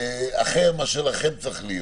אחר מאשר לכם צריך להיות.